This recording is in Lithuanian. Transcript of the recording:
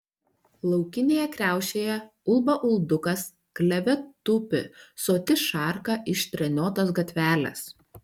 laukinėje kriaušėje ulba uldukas kleve tupi soti šarka iš treniotos gatvelės